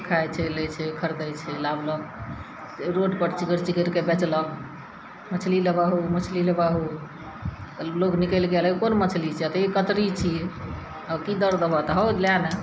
खाय छै लै छै खरीदै छै लाबलक रोड पर चिकरि चिकरिके बेचलक मछली लेबऽ हउ मछली लेबऽ हउ लोग निकलिके हरौ कोन मछली छियो हे यौ कतरी छियै हे ओ की दर देबहऽ तऽ हे ओ लए ने